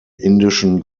indischen